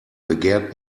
begehrt